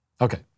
Okay